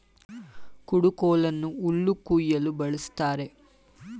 ಕುಡುಗೋಲನ್ನು ಹುಲ್ಲು ಕುಯ್ಯಲು ಬಳ್ಸತ್ತರೆ